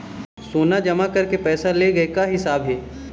सोना जमा करके पैसा ले गए का हिसाब हे?